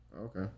Okay